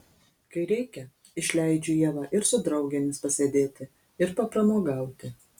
kai reikia išleidžiu ievą ir su draugėmis pasėdėti ir papramogauti